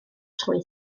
trwy